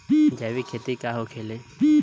जैविक खेती का होखेला?